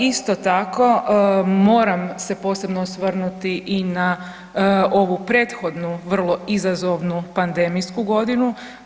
Isto tako, moram se posebno osvrnuti i na ovu prethodnu vrlo izazovnu pandemijsku godinu.